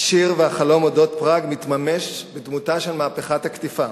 השיר והחלום על אודות פראג מתממש בדמותה של "מהפכת הקטיפה".